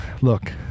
look